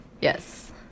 Yes